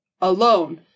alone